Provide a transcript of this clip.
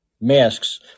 masks